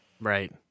Right